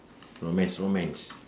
romax romax